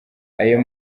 ayo